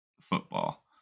football